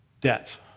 debt